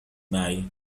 معي